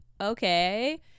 okay